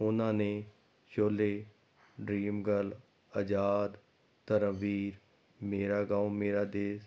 ਉਨ੍ਹਾਂ ਨੇ Sholay Dream Girl Azaad Dharamveer Mera Gaon Mera ਦੇਸ਼